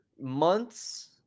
months